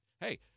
hey